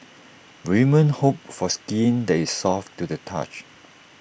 women hope for skin that is soft to the touch